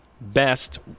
best